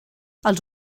els